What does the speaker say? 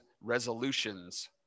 resolutions